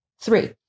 three